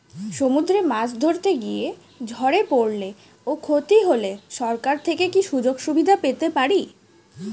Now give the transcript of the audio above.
সমুদ্রে মাছ ধরতে গিয়ে ঝড়ে পরলে ও ক্ষতি হলে সরকার থেকে কি সুযোগ সুবিধা পেতে পারি?